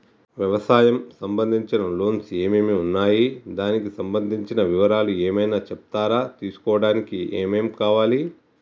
వ్యవసాయం సంబంధించిన లోన్స్ ఏమేమి ఉన్నాయి దానికి సంబంధించిన వివరాలు ఏమైనా చెప్తారా తీసుకోవడానికి ఏమేం కావాలి?